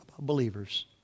believers